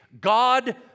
God